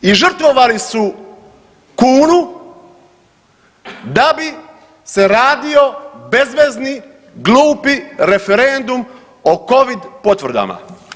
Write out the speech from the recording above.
I žrtvovali su kunu da bi se radio bezvezni, glupi referendum o Covid potvrdama.